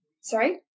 Sorry